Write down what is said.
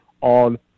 on